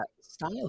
style